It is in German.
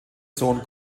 sohn